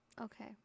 Okay